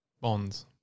bonds